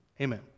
Amen